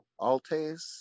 Altes